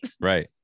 Right